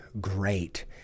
great